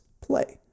play